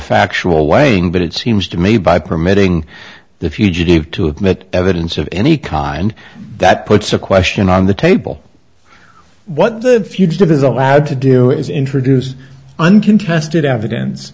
factual weighing but it seems to me by permitting the fugitive to admit evidence of any kind that puts a question on the table what the fugitive is allowed to do is introduce uncontested evidence